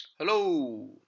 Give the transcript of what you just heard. Hello